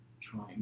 trying